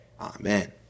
Amen